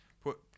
put